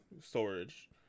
storage